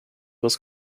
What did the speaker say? was